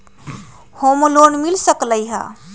Home loan मिल सकलइ ह?